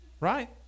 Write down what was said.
Right